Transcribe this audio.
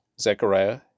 Zechariah